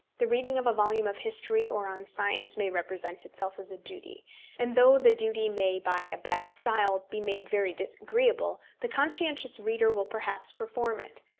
the reading of a volume of history or on science may represent itself as a duty and though the duty may by a bad style be made very disagreeable, the conscientious reader will perhaps perform it.